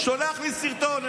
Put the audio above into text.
שולח לי סרטון,